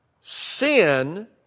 Sin